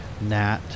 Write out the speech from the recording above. Nat